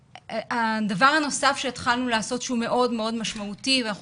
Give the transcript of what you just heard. הדבר הנוסף שהתחלנו לעשות שהוא מאוד משמעותי ואנחנו